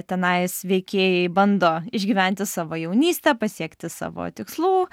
tenais veikėjai bando išgyventi savo jaunystę pasiekti savo tikslų